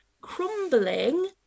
crumbling